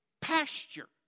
pasture